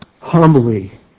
humbly